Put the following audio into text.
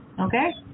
Okay